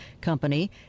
company